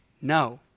no